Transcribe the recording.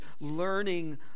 learning